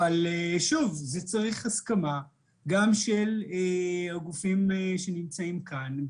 אבל זה צריך הסכמה גם של הגופים שנמצאים כאן,